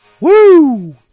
Woo